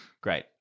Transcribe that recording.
Great